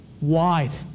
wide